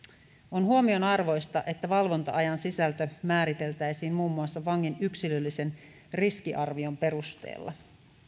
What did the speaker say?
on huomionarvoista että valvonta ajan sisältö määriteltäisiin muun muassa vangin yksilöllisen riskiarvion perusteella